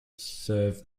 serve